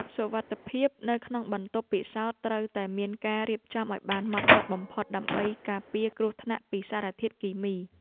សុវត្ថិភាពនៅក្នុងបន្ទប់ពិសោធន៍ត្រូវតែមានការរៀបចំឱ្យបានហ្មត់ចត់បំផុត ដើម្បីការពារគ្រោះថ្នាក់ពីសារធាតុគីមី។